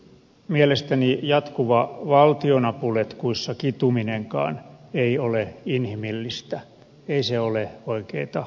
mielestäni jatkuva valtionapuletkuissa kituminenkaan ei ole inhimillistä ei se ole oikeata elämää